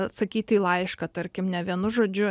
atsakyti į laišką tarkim ne vienu žodžiu